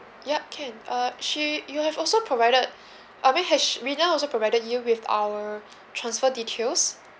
yup can uh she you have also provided I mean has rina also provided you with our transfer details